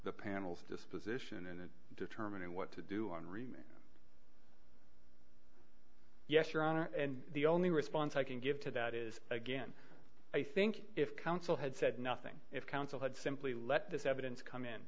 the panel's disposition and in determining what to do on remains yes your honor and the only response i can give to that is again i think if counsel had said nothing if counsel had simply let this evidence come in